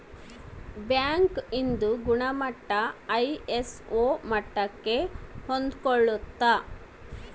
bank ಇಂದು ಗುಣಮಟ್ಟ ISO ಮಟ್ಟಕ್ಕೆ ಹೊಂದ್ಕೊಳ್ಳುತ್ತ